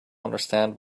understand